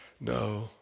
No